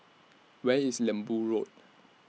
Where IS Lembu Road